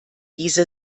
diese